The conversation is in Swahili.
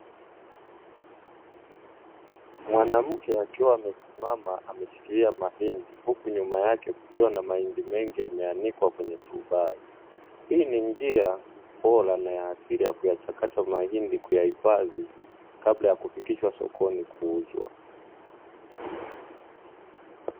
Mwanamke akiwa amesimama ameshikilia mahindi huku nyuma yake kukiwa na mahindi mengi yameanikwa kwenye turubai. Hii ni njia bora na ya asili ya kuyachakata mahindi kuyahifadhi kabla ya kuyafikisha sokoni kuuzwa.